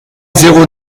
zéro